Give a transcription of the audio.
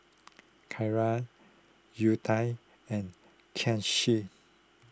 Kiran Udai and Kanshi